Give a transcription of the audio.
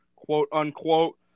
quote-unquote